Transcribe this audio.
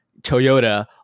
Toyota